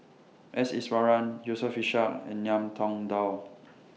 S Iswaran Yusof Ishak and Ngiam Tong Dow